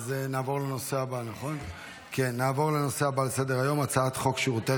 נעבור לנושא הבא על סדר-היום: הצעת חוק שירותי